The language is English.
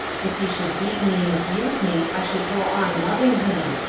if he should beat me and abuse me, i should go on loving him.